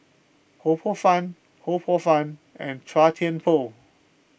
Ho Poh Fun Ho Poh Fun and Chua Thian Poh